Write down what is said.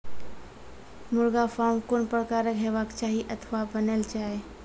मुर्गा फार्म कून प्रकारक हेवाक चाही अथवा बनेल जाये?